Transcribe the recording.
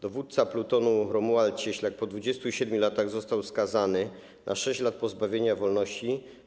Dowódca plutonu Romuald Cieślak po 27 latach został skazany na 6 lat pozbawienia wolności.